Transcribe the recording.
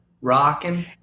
rocking